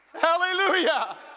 Hallelujah